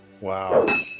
Wow